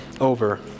over